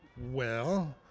well,